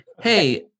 Hey